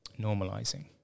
normalizing